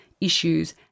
issues